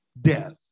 Death